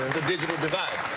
digital divide.